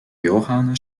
johanna